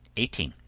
eighteen.